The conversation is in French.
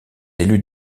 élus